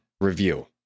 review